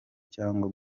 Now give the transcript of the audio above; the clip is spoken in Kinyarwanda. cyangwa